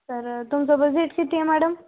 तर तुमचं बजेट किती आहे मॅडम